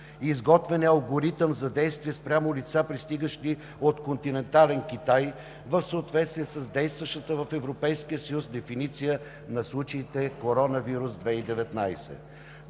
Изготвен е алгоритъм за действие спрямо лица, пристигащи от континентален Китай, в съответствие с действащата в Европейския съюз дефиниция на случаите коронавирус 2019.